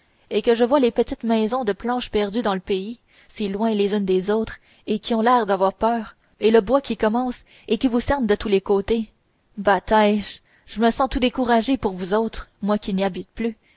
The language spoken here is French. et que je vois les petites maisons de planches perdues dans le pays si loin les unes des autres et qui ont l'air d'avoir peur et le bois qui commence et qui vous cerne de tous côtés batêche je me sens tout découragé pour vous autres moi qui n'y habite plus